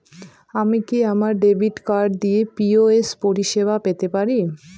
আমি কি আমার ডেবিট কার্ড দিয়ে পি.ও.এস পরিষেবা পেতে পারি?